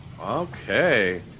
Okay